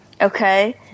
Okay